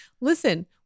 listen